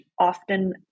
often